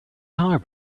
power